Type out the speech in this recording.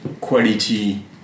quality